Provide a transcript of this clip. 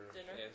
dinner